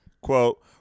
quote